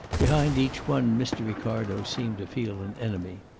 behind each one mr. ricardo seemed to feel an enemy.